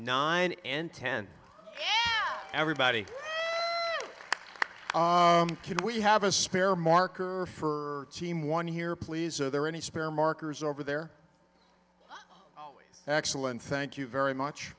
nine and ten everybody can we have a spare marker for team one here please are there any spare markers over there oh excellent thank you very much